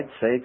say